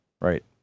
right